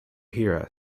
hear